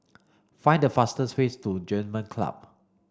find the fastest ways to German Club